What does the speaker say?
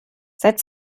seit